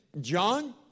John